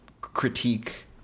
critique